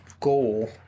goal